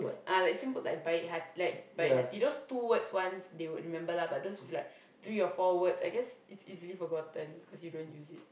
ah like simple like baik hati like baik hati those two words ones they would remember lah but those with like three or four words I guess it's easily forgotten cause you don't use it